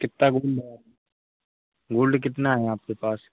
कितना gold gold कितना है आपके पास